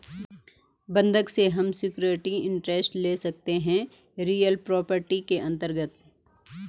बंधक से हम सिक्योरिटी इंटरेस्ट ले सकते है रियल प्रॉपर्टीज के अंतर्गत